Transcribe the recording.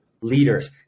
leaders